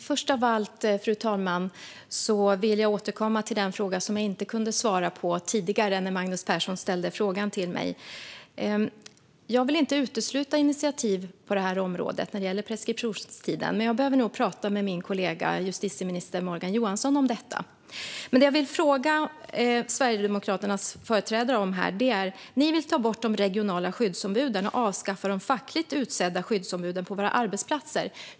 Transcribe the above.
Fru talman! Först vill jag återkomma till en fråga som Magnus Persson ställde tidigare men som jag då inte kunde svara på. Jag vill inte utesluta initiativ på det här området när det gäller preskriptionstiden, men jag behöver nog prata med min kollega justitieminister Morgan Johansson om detta. Sedan vill jag ställa en fråga till Sverigedemokraternas företrädare. Ni vill ta bort de regionala skyddsombuden och avskaffa de fackligt utsedda skyddsombuden på våra arbetsplatser.